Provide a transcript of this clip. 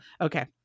Okay